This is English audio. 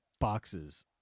boxes